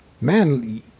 man